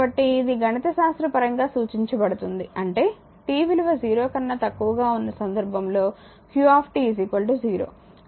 కాబట్టి ఇది గణిత శాస్త్ర పరంగా సూచించబడుతుంది అంటే t విలువ 0 కన్నా తక్కువగా ఉన్న సందర్భంలో q 0